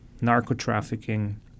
narco-trafficking